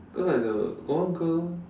cause like the got one girl